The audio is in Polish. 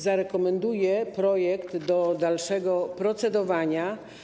Zarekomenduję projekt do dalszego procedowania.